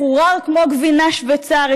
מחורר כמו גבינה שווייצרית,